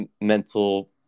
mental